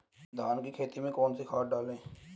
धान की खेती में कौन कौन सी खाद डालें?